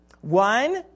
One